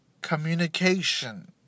Communication